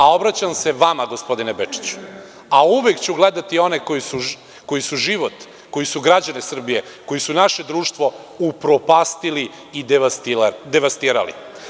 Obraćam se vama gospodine Bečiću, a uvek ću gledati one koji su građane Srbije, koji su naše društvo upropastili i devastirali.